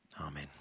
Amen